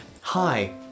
hi